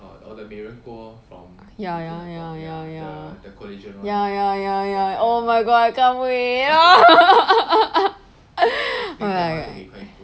ya ya ya ya ya ya ya ya ya oh my god I can't wait !wah!